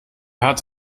hat